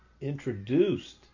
introduced